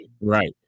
Right